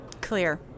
Clear